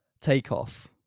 Takeoff